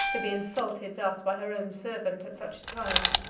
to be insulted thus by her own servant at such a time.